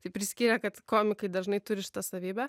tai priskyrė kad komikai dažnai turi šitą savybę